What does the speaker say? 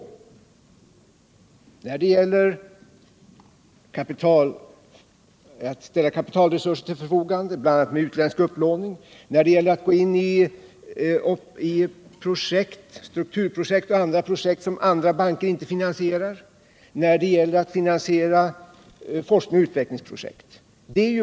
Investeringsbanken är ju till för att ställa kapitalresurser till förfogande genom utländsk upplåning, att gå in i strukturprojekt och andra projekt som andra banker inte finansierar och att finansiera forskningsoch utvecklingsprojekt.